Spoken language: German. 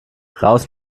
raus